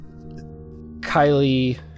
Kylie